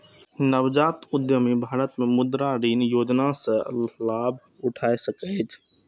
नवजात उद्यमी भारत मे मुद्रा ऋण योजना सं लाभ उठा सकै छै